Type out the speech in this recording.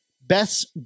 Best